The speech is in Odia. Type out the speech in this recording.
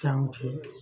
ଚାହୁଁଛି